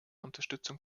unterstützung